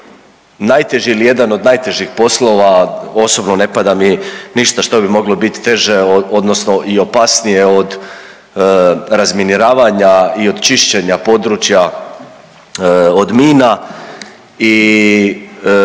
najteži ili jedan od najtežih poslova, osobno ne pada mi ništa što bi moglo bit teže odnosno i opasnije od razminiravanja i od čišćenja područja od mina i